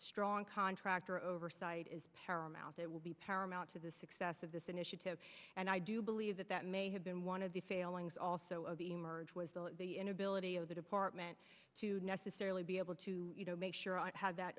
strong contractor oversight is paramount that will be paramount to the success of this initiative and i do believe that that may have been one of the failings also of the merge was the inability of the department to necessarily be able to make sure i had that